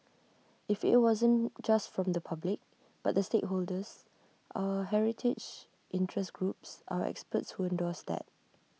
if IT wasn't just from the public but the stakeholders our heritage interest groups our experts who endorsed that